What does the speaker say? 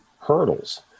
hurdles